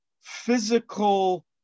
physical